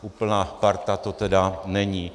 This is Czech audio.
Úplná parta to tedy není.